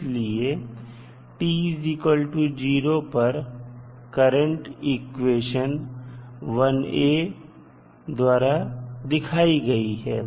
इसलिए t0 पर current equation 1a द्वारा दिखाई गई है